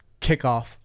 kickoff